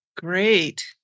Great